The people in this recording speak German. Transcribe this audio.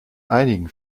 einigen